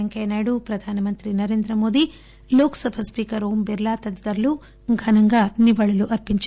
పెంకయ్యనాయుడు ప్రధానమంత్రి నరేంద్రమోడీ లోక్ సభ స్పీకర్ ఓంబిర్లా తదితరులు ఘనంగా నివాళులర్చించారు